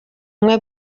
umwe